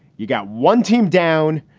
you got one team down,